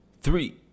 three